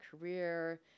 career